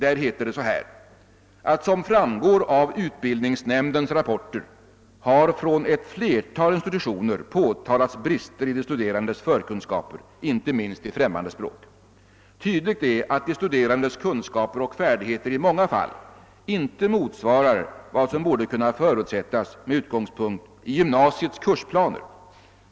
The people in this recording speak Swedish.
Rektorsämbetet skriver: »Som framgår av utbildningsnämndens rapporter har från ett flertal institutioner påtalats brister i de studerandes förkunskaper, inte minst i främmande språk. Tydligt är att de studerandes kunskaper och färdigheter i många fall inte motsvarar vad som borde kunna förutsättas med utgångspunkt i gymnasiets kursplaner.